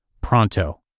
pronto